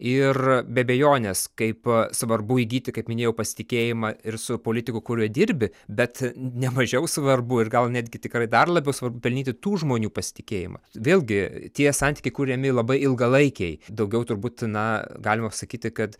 ir be abejonės kaip svarbu įgyti kaip minėjau pasitikėjimą ir su politiku kuriuo dirbi bet nemažiau svarbu ir gal netgi tikrai dar labiau svarbu pelnyti tų žmonių pasitikėjimą vėlgi tie santykiai kuriami labai ilgalaikiai daugiau turbūt na galima sakyti kad